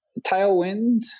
tailwind